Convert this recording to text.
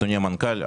אדוני המנכ"ל,